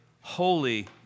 holy